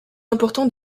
important